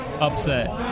Upset